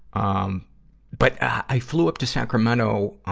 ah, um but i flew up to sacramento, ah,